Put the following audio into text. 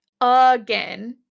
again